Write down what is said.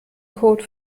code